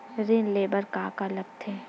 ऋण ले बर का का लगथे?